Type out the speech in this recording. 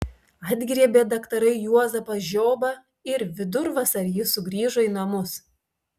atgriebė daktarai juozapą žiobą ir vidurvasarį jis sugrįžo į namus